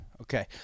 Okay